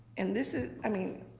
and this is, i mean,